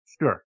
Sure